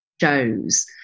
shows